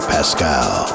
Pascal